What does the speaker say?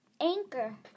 Anchor